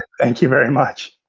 thank you very much.